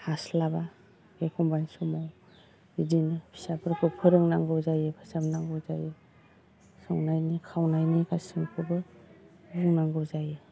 हास्लाबा एखनबानि समाव बिदिनो फिसाफोरखौ फोरोंनांगौ जायो फोसाबनांगौ जायो संनायनि खावनायनि गासैखौबो बुंनांगौ जायो